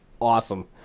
awesome